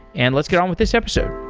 and let's get on with this episode